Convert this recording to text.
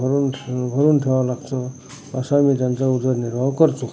भरून भरून ठेवावं लागतं असा मी त्यांचा उदरनिर्वाह करतो